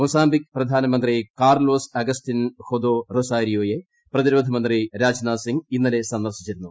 Mozambique പ്രധാനമന്ത്രി Carlos Agostinho do റൊസാരിയോയേ പ്രതിരോധ മന്ത്രി രാജ്നാഥ് സിംഗ് ഇന്നലെ സന്ദർശിച്ചിരുന്നു